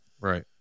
Right